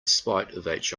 spite